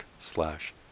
slash